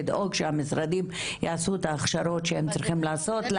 לדאוג שהמשרדים יעשו את ההכשרות שהם צריכים לעשות,